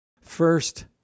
First